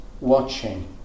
watching